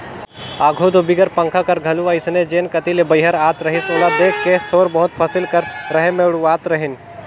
आघु दो बिगर पंखा कर घलो अइसने जेन कती ले बईहर आत रहिस ओला देख के थोर बहुत फसिल कर रहें मे उड़वात रहिन